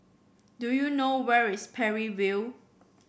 do you know where is Parry View